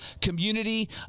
community